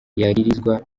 yagirizwa